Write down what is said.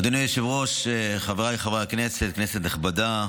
אדוני היושב-ראש, חבריי חברי הכנסת, כנסת נכבדה,